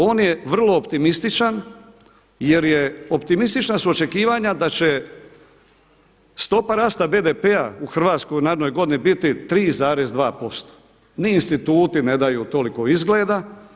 On je vrlo optimističan jer je, optimistična su očekivanja da će stopa rasta BDP-a u Hrvatskoj u narednoj godini biti 3,2%, ni instituti ne daju toliko izgleda.